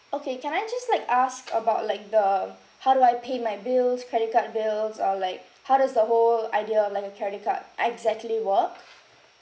okay can I just like ask about like the how do I pay my bills credit card bills or like how does the whole idea of like a credit card exactly work